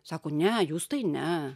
sako ne jūs tai ne